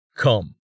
come